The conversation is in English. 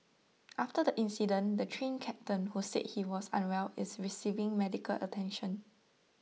after the incident the Train Captain who said he was unwell is receiving medical attention